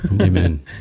Amen